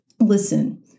listen